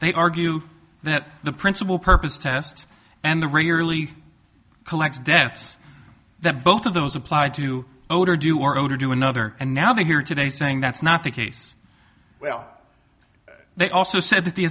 they argue that the principal purpose test and the rarely collects debts that both of those applied to older do are zero to do another and now they're here today saying that's not the case well they also said that the